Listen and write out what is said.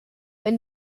wenn